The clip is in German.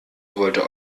wollte